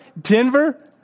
Denver